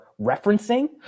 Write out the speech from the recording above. referencing